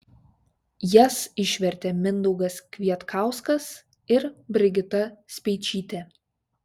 jas išvertė mindaugas kvietkauskas ir brigita speičytė